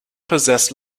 possessed